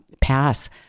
pass